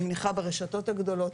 אני מניחה ברשתות הגדולות,